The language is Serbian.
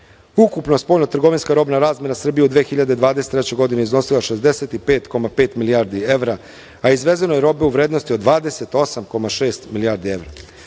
spoljnotrgovinska robna razmena Srbije u 2023. godini iznosila je 65,5 milijardi evra, a izvezeno je robe u vrednosti od 28,6 milijardi evra. Tokom